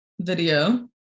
video